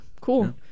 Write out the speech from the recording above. cool